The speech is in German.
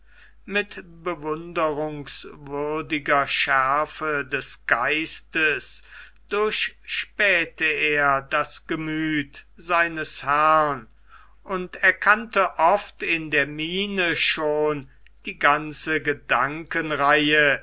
mit bewundernswürdiger schärfe des geistes durchspähte er das gemüth seines herrn und erkannte oft in der miene schon die ganze gedankenreihe